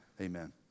amen